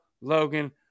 Logan